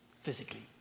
physically